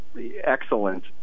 excellent